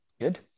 good